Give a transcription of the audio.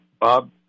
bob